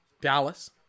Dallas